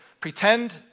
pretend